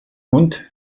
hund